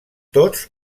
tots